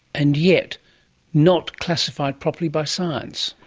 and yet not classified properly by science.